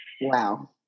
Wow